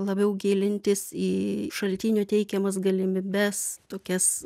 labiau gilintis į šaltinių teikiamas galimybes tokias